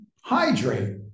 hydrate